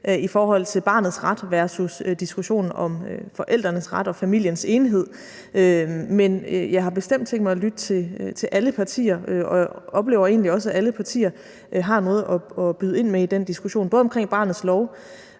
i forhold til barnets ret versus diskussionen om forældrenes ret og familiens enhed. Men jeg har bestemt tænkt mig at lytte til alle partier, og jeg oplever egentlig også, at alle partier har noget at byde ind med i den diskussion – både omkring barnets lov,